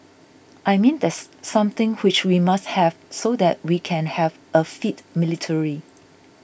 I mean that's something which we must have so that we can have a fit military